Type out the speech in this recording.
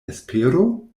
espero